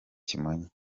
kimonyo